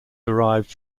derived